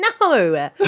no